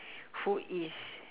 who is